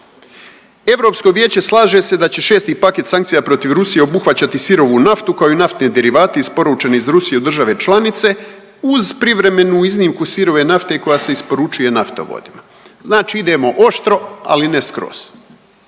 Europsko vijeće slaže se da će 6 paket sankcija protiv Rusije obuhvaćati sirovu naftu kao i naftne derivate isporučene iz Rusije u države članice uz privremenu iznimku sirove nafte koja se isporučuje naftovodima. Znači idemo oštro, ali ne skroz.